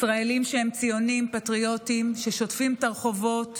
ישראלים שהם ציונים, פטריוטים, ששוטפים את הרחובות